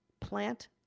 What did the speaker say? plant